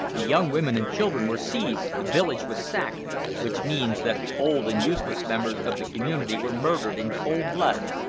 the young women and children were seized the village was sacked which means that the old and useless members of the community were murdered in cold blood,